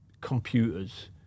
computers